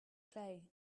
clay